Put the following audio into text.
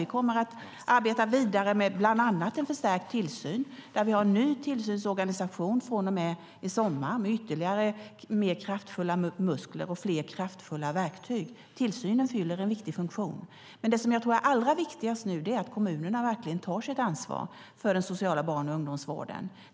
Vi kommer att arbeta vidare med bland annat en förstärkt tillsyn, där vi har en ny tillsynsorganisation från och med i sommar, med ytterligare mer kraftfulla muskler och fler kraftfulla verktyg. Tillsynen fyller en viktig funktion. Men det jag tror är allra viktigast nu är kommunerna verkligen tar sitt ansvar för den sociala barn och ungdomsvården.